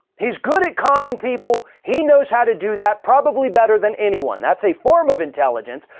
he's good at conning people. he knows how to do that probably better than anyone. that's a form of intelligence,